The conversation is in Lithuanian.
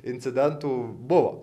incidentų buvo